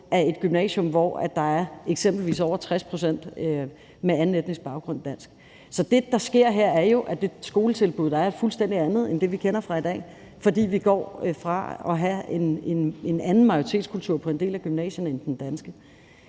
er et, hvor der eksempelvis er over 60 pct. med anden etnisk baggrund end dansk. Så det, der sker her, er jo, at det skoletilbud, der er, er et fuldstændig andet end det, vi kender fra i dag, fordi vi går fra at have en anden majoritetskultur på en del af gymnasierne end den danske.